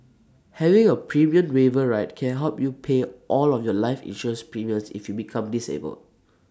having A premium waiver ride can help you pay all of your life insurance premiums if you become disabled